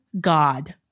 God